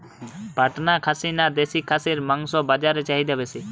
পাটনা খাসি না দেশী খাসির মাংস বাজারে চাহিদা বেশি?